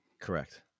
Correct